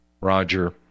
Roger